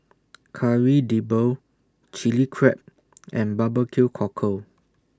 Kari Debal Chilli Crab and B B Q Cockle